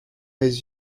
mes